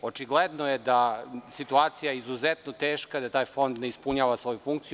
Očigledno je da je situacija izuzetno teška, da taj Fond ne ispunjava svoju funkciju.